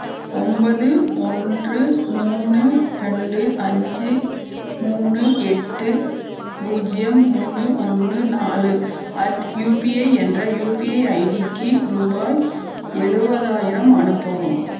ஒன்பது ஒன்று மூணு ரெண்டு அஞ்சு மூணு எட்டு பூஜ்ஜியம் மூணு ஒன்று நாலு அட் யூபிஐ என்ற யூபிஐ ஐடிக்கு ரூபாய் எழுவதாயிரம் அனுப்பவும்